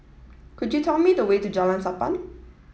could you tell me the way to Jalan Sappan